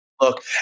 Look